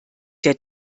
der